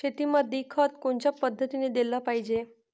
शेतीमंदी खत कोनच्या पद्धतीने देलं पाहिजे?